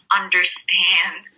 understand